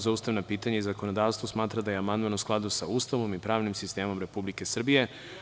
za ustavna pitanja i zakonodavstvo smatra da je amandman u skladu sa Ustavom i pravnim sistemom Republike Srbije.